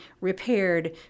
repaired